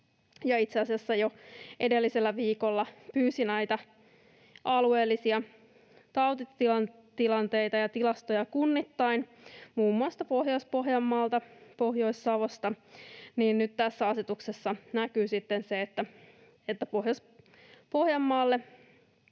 itse asiassa jo edellisellä viikolla pyysi näitä alueellisia tautitilanteita ja ‑tilastoja kunnittain muun muassa Pohjois-Pohjanmaalta ja Pohjois-Savosta, niin tässä asetuksessa näkyy se, että Pohjois-Pohjanmaalla,